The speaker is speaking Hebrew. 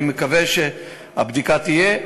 אני מקווה שהבדיקה תהיה.